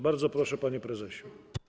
Bardzo proszę, panie prezesie.